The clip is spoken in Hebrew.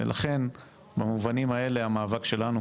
ולכן במובנים האלה המאבק שלנו,